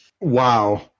Wow